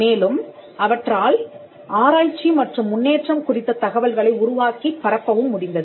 மேலும் அவற்றால் ஆராய்ச்சி மற்றும் முன்னேற்றம் குறித்த தகவல்களை உருவாக்கிப் பரப்பவும் முடிந்தது